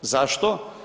Zašto?